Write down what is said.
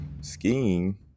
skiing